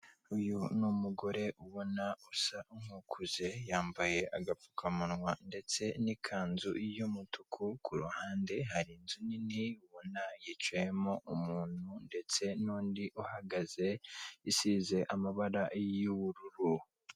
Uyu ni umugore ubona usa nk'ikuze, yambaye agapfukamunwa ndetse n'ikanzu y'umutuku, kuruhande hari inzu nini yicayemo umuntu ndetse n'undi uhagaze, isize amabara y'ubururu.